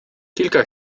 kilka